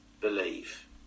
believe